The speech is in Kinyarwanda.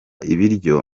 ibiryo